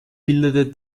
bildete